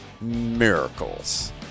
miracles